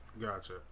Gotcha